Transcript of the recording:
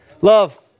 love